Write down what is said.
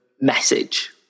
message